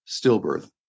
stillbirth